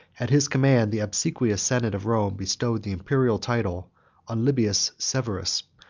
at his command, the obsequious senate of rome bestowed the imperial title on libius severus,